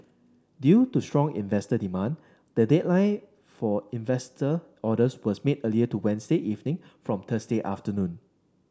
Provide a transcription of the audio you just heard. due to strong investor demand the deadline for investor orders was made earlier to Wednesday evening from Thursday afternoon